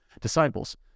disciples